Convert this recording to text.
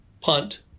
punt